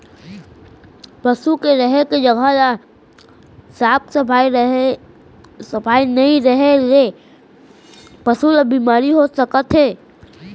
पसू के रेहे के जघा ल साफ सफई नइ रखे ले पसु ल बेमारी हो सकत हे